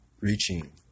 reaching